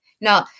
No